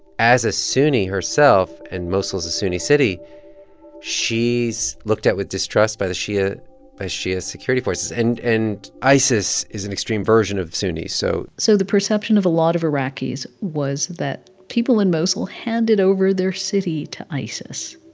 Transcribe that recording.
as a sunni herself and mosul's a sunni city she's looked at with distrust by the shia by shia security forces. and and isis is an extreme version of sunnis. so. so the perception of a lot of iraqis was that people in mosul handed over their city to isis,